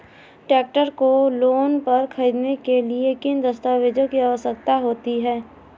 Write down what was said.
Tractor को loan पर खरीदने के लिए किन दस्तावेज़ों की आवश्यकता होती है?